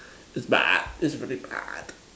is but is really but